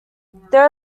there